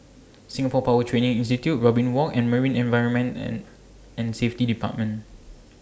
Singapore Power Training Institute Robin Walk and Marine Environment and and Safety department